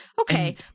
okay